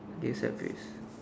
a sad face